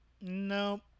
No